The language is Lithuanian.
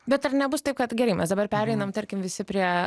bet ar nebus taip kad gerai mes dabar pereinam tarkim visi prie